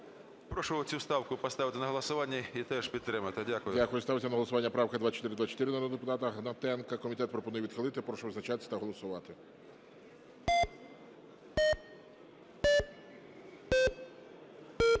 Прошу цю правку поставити на голосування і теж підтримати. Дякую. ГОЛОВУЮЧИЙ. Ставиться на голосування правка 2424 народного депутата Гнатенка. Комітет пропонує відхилити. Прошу визначатися та голосувати.